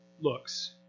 looks